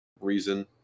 reason